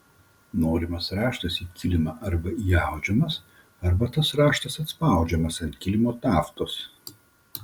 norimas raštas į kilimą arba įaudžiamas arba tas raštas atspaudžiamas ant kilimo taftos